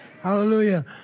Hallelujah